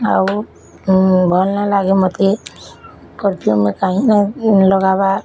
ଆଉ ଭଲ୍ ନାଇଁ ଲାଗେ ମୋତେ ପରଫ୍ୟୁମ୍ ମୁଇଁ କାହିଁ ନାଇଁ ଲଗାବାର୍